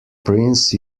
prince